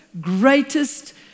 greatest